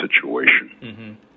situation